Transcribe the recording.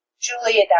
Julia